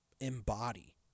embody